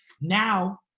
now